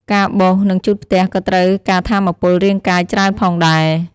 ការបោស និងជូតផ្ទះក៏ត្រូវការថាមពលរាងកាយច្រើនផងដែរ។